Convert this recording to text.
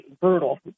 brutal